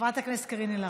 חברת הכנסת קארין אלהרר,